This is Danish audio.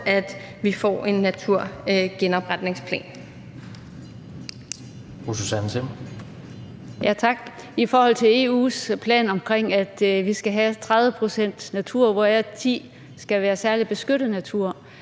at vi får en naturgenopretningsplan.